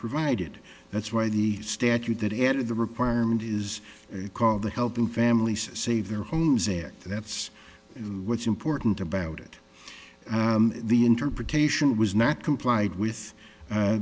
provided that's why the statute that added the requirement is called the helping families save their homes their that's what's important about it the interpretation was not complied with a